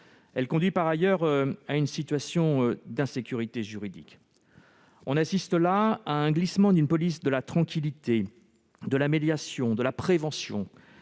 Il conduit par ailleurs à une situation d'insécurité juridique. On assiste là à un glissement d'une police de la tranquillité, de la médiation, de la prévention,